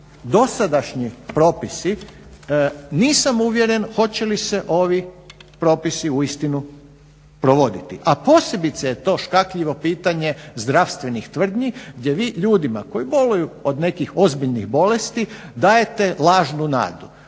dosadašnji propisi nisam uvjeren hoće li se ovi propisi uistinu provoditi, a posebice je to škakljivo pitanje zdravstvenih tvrdnji gdje vi ljudima koji boluju od nekih ozbiljnih bolesti dajete lažnu nadu